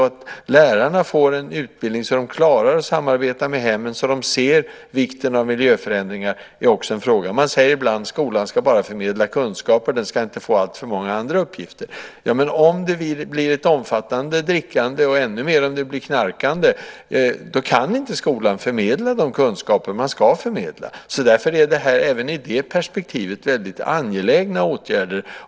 Att lärarna får en utbildning så att de klarar att samarbeta med hemmen, så att de ser vikten av miljöförändringar är också en fråga. Man säger ibland att skolan bara ska förmedla kunskaper. Den ska inte få alltför många andra uppgifter. Men om det blir ett omfattande drickande, och ännu mer om det blir knarkande, kan inte skolan förmedla de kunskaper man ska förmedla. Därför är det här även ur det perspektivet väldigt angelägna åtgärder.